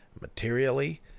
materially